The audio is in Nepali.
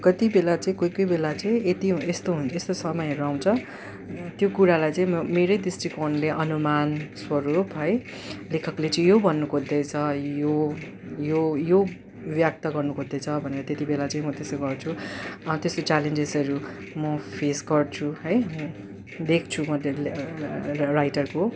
कति बेला चाहिँ कोही कोही बेला चाहिँ यति यस्तो हुन् यस्तो समयहरू आउँछ त्यो कुरालाई चाहिँ म मेरै दृष्टिकोणले अनुमान स्वरूप है लेखकले चाहिँ यो भन्नु खोज्दैछ यो यो यो व्यक्त गर्नु खोज्दै छ भनेर त्यति बेला चाहिँ म त्यसो गर्छु त्यस्तो च्यालेन्जेसहरू म फेस गर्छु है देख्छु म राइटरको